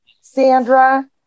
Sandra